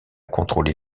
contrôler